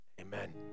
amen